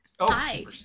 Hi